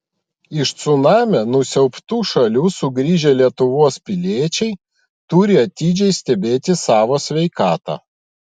iš cunamio nusiaubtų šalių sugrįžę lietuvos piliečiai turi atidžiai stebėti savo sveikatą